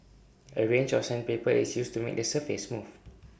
A range of sandpaper is used to make the surface smooth